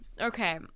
Okay